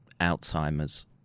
Alzheimer's